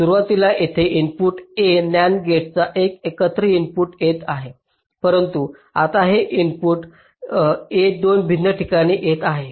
सुरुवातीला हे input A NAND गेटच्या या एकल इनपुटवर येत होते परंतु आता हे इनपुट A 2 भिन्न ठिकाणी येणे आवश्यक आहे